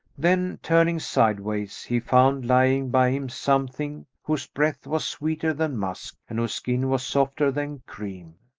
then turning sideways, he found lying by him something whose breath was sweeter than musk and whose skin was softer than cream.